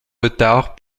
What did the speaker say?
retard